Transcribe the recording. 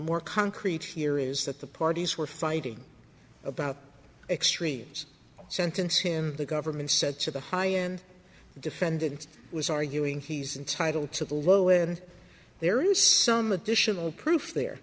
more concrete here is that the parties were fighting about extremes sentence him the government said to the high end defended was arguing he's entitled to the low and there is some additional proof there